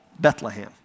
Bethlehem